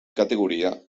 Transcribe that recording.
categoria